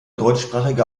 deutschsprachige